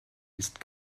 ist